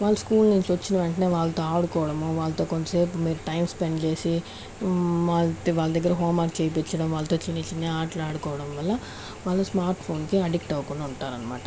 వాళ్ళ స్కూల్ నుంచి వచ్చిన వెంటనే వాళ్ళతో ఆడుకోవడం వాళ్ళతో కొంత సేపు మీరు టైం స్పెండ్ చేసి మొదట వాళ్ళ దగ్గర హోం వర్క్ చేయించడం వాళ్ళతో చిన్న చిన్న ఆటలు ఆడుకోవడం వల్ల వాళ్ళు స్మార్ట్ ఫోన్కి ఆడిట్ అవ్వకుండా ఉంటారన్నమాట